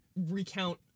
recount